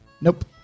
Nope